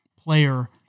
player